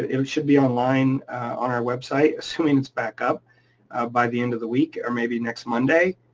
it should be online on our website assuming it's back up by the end of the week, or maybe next monday.